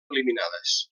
eliminades